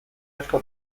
asko